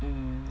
mm